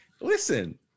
listen